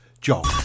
job